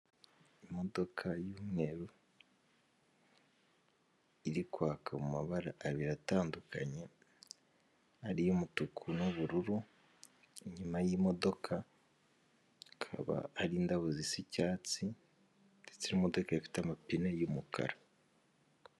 Imodoka y'umweru, iri kwaka mu mabara abiri atandukanye, hari iy'umutuku n'ubururu, inyuma y'imodoka hakaba hari indabyo zisa icyatsi ndetse ino modoka ikaba ifite amapine y'umukara.